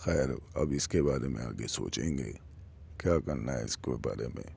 خیر اب اس کے بارے میں آگے سوچیں گے کیا کرنا ہے اس کو بارے میں